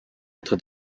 être